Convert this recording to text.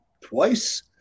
twice